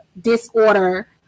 disorder